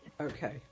Okay